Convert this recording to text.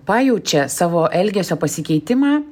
pajaučia savo elgesio pasikeitimą